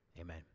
Amen